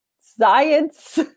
science